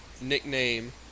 nickname